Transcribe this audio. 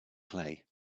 clay